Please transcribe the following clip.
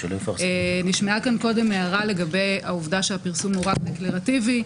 נשמעה כאן קודם הערה לגבי העובדה שהפרסום הוא רק דקלרטיבי.